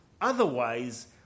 Otherwise